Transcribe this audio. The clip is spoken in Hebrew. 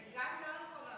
וגם לא על כל העבירות.